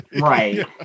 Right